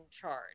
charge